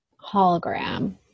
hologram